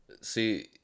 See